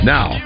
Now